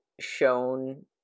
shown